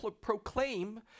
proclaim